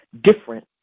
different